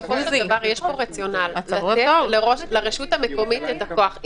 בסופו של דבר יש פה רציונל לתת לרשות המקומית את הכוח.